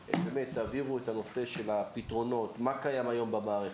שתעבירו את נושא הפתרונות: מה קיים היום במערכת?